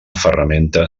ferramenta